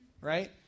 right